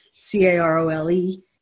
c-a-r-o-l-e